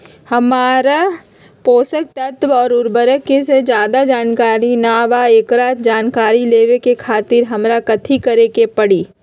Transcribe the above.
हमरा पोषक तत्व और उर्वरक के ज्यादा जानकारी ना बा एकरा जानकारी लेवे के खातिर हमरा कथी करे के पड़ी?